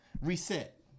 reset